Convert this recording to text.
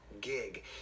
gig